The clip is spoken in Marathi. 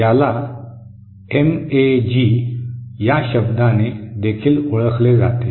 याला एमएजी या शब्दाने देखील ओळखले जाते